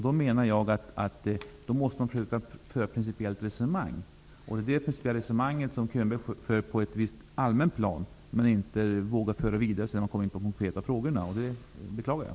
Jag menar att man då måste försöka föra ett principiellt resonemang. Det principiella resonemanget för Bo Könberg på ett allmänt plan, men han vågar inte föra det vidare när han kommer in på de konkreta frågorna. Det beklagar jag.